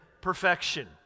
perfection